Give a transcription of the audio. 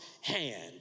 hand